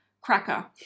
cracker